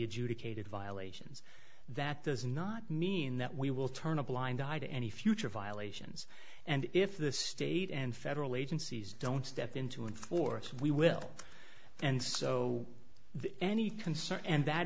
adjudicated violations that does not mean that we will turn a blind eye to any future violations and if the state and federal agencies don't step in to enforce we will and so the any concern and that